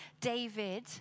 David